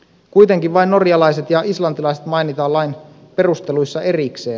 kuitenkin vain norjalaiset ja islantilaiset mainitaan lain perusteluissa erikseen